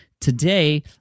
Today